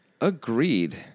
Agreed